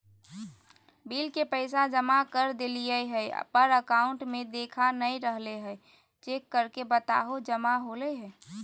Bill के पैसा जमा कर देलियाय है पर अकाउंट में देखा नय रहले है, चेक करके बताहो जमा होले है?